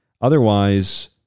Otherwise